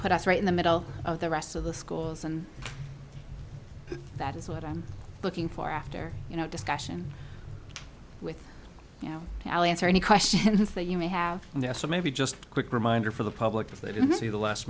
put us right in the middle of the rest of the schools and that is what i'm looking for after you know discussion with you know now answer any question that you may have there so maybe just a quick reminder for the public